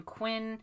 Quinn